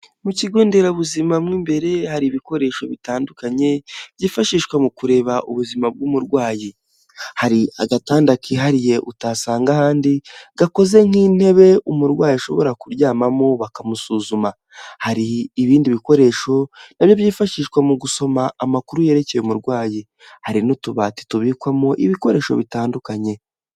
Mu kigo nderabuzima mo imbere hari ibikoresho bitandukanye byifashishwa mu kureba ubuzima bw'umurwayi, hari agatanda kihariye utasanga ahandi gakoze nk'intebe umurwayi ashobora kuryamamo bakamusuzuma, hari ibindi bikoresho nabyo byifashishwa mu gusoma amakuru yerekeye umurwayi, hari n'utubati tubikwamo ibikoresho bitandukanye.